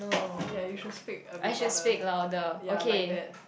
ya you should speak a bit louder ya like that